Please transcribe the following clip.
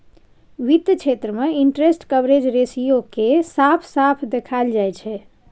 वित्त क्षेत्र मे इंटरेस्ट कवरेज रेशियो केँ साफ साफ देखाएल जाइ छै